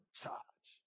charge